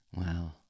Wow